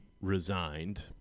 resigned